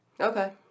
Okay